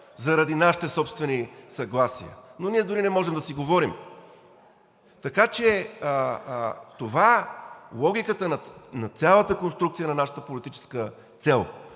заради нашите собствени съгласия, но ние дори не можем да си говорим. Така че логиката на цялата конструкция на нашата политическа цел